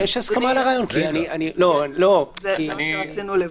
יש הסכמה על הרעיון כי אני --- זה מה שרצינו לוודא.